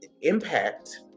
impact